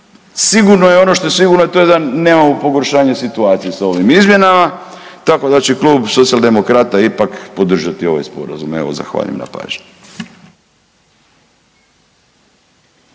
Sigurno je ono što je sigurno, to je da nemamo pogoršanje situacije s ovim izmjenama, tako da će Klub socijaldemokrata ipak podržati ovaj Sporazum. Evo zahvaljujem na pažnji.